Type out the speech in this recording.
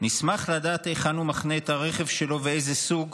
נשמח לדעת היכן הוא מחנה את הרכב שלו, איזה סוג"